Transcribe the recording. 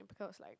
Rebecca was like